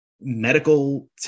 medical